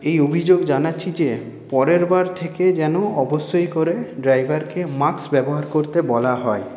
এই অভিযোগ জানাচ্ছি যে পরেরবার থেকে যেন অবশ্যই করে ড্রাইভারকে মাস্ক ব্যবহার করতে বলা হয়